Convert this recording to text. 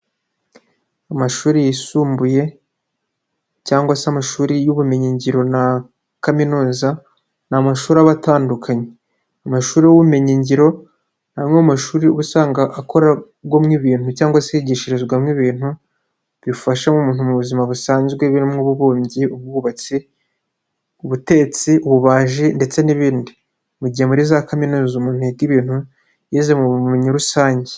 Amashuri yisumbuye cyangwa se amashuri y'ubumenyinngiro na kaminuza ni amashuri aba atandukanye. Amashuri y'ubumenyingiro ni amwe mu mashuri usanga akora agomwe ibintu cyangwa se yigishirizwamo ibintu bifasha muntu mu buzima busanzwe birimo: ubumbyi, ubwubatsi, ubutetsi, ububaji ndetse n'ibindi. Mu gihe muri za kaminuza umuntu yiga ibintu yize mu bumenyi rusange.